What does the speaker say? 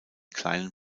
kleinen